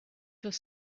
was